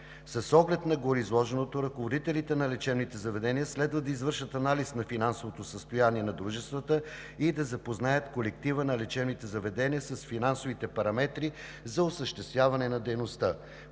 С оглед на гореизложеното ръководителите на лечебните заведения следва да извършат анализ на финансовото състояние на дружествата и да запознаят колектива на лечебното заведение с финансовите параметри за осъществяване на дейността.